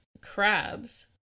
crabs